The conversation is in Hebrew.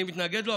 אני מתנגד לו,